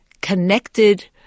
connected